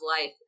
life